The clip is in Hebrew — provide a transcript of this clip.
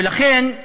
ולכן,